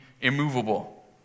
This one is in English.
immovable